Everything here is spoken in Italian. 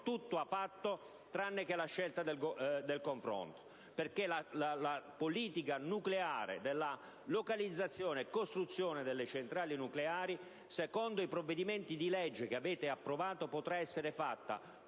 tutto ha fatto tranne che scegliere il confronto. Infatti, la politica nucleare della localizzazione e costruzione delle centrali nucleari, secondo i provvedimenti di legge che avete approvato, potrà essere fatta